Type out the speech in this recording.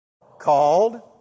called